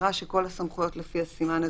מבהירה שכל הסמכויות לפי הסימן הזה,